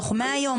תוך 100 יום?